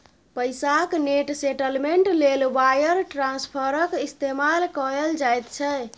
पैसाक net settlement लेल wire ट्रांस्फरक इस्तेमाल कएल जाइत छै